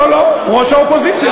ראש האופוזיציה.